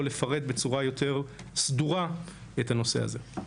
לפרט בצורה יותר סדורה את הנושא הזה.